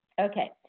Okay